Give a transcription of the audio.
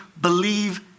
believe